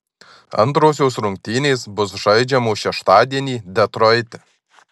antrosios rungtynės bus žaidžiamos šeštadienį detroite